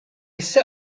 set